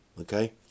okay